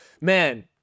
man